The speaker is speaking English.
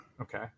Okay